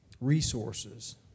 resources